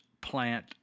plant